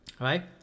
right